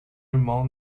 irmão